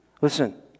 Listen